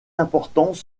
importants